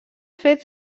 fets